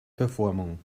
verformung